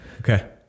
Okay